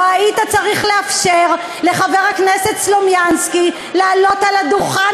לא היית צריך לאפשר לחבר הכנסת סלומינסקי לעלות על הדוכן,